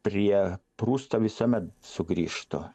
prie prusto visuomet sugrįžtu